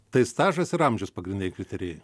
tai stažas ir amžius pagrindiniai kriterijai